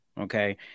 Okay